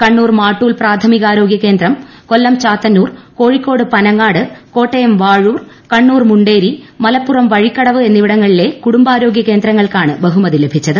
കണ്ണൂർ മാട്ടൂൽ പ്രാഥമികാരോഗൃ കേന്ദ്രം കൊല്ലം ചാത്തന്നൂർ കോഴിക്കോട് പനങ്ങാട് കോട്ടയം വാഴൂർ കണ്ണൂർ മുണ്ടേരി മലപ്പുറം വഴിക്കടവ് എന്നിവിടങ്ങളിലെ കുടുംബാരോഗ്യ കേന്ദ്രങ്ങൾക്കാണ് ബഹുമതി ലഭിച്ചത്